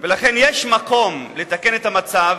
ולכן יש מקום לתקן את המצב